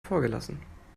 vorgelassen